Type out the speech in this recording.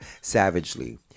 savagely